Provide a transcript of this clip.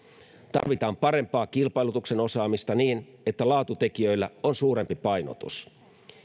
tarvitaan parempaa kilpailutuksen osaamista niin että laatutekijöillä on suurempi painotus